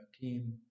team